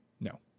No